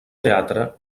teatre